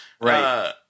right